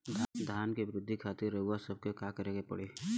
धान क वृद्धि खातिर रउआ सबके का करे के पड़ी?